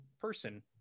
person